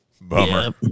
bummer